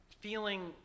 feeling